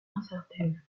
incertaine